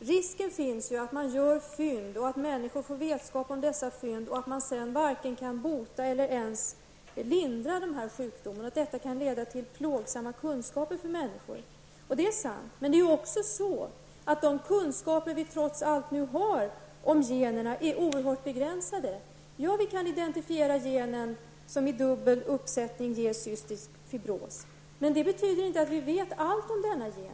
finns risk för att man gör fynd, att människor får vetskap om dem, och att man sedan varken kan bota eller lindra sjukdomarna. Det är sant att det kan medföra plågsamma kunskaper för människor. Men de kunskaper vi nu har om generna är trots allt oerhört begränsade. Vi kan identifiera en gen som i dubbel uppsättning ger cystisk fibros, men det betyder inte att vi vet allting om denna gen.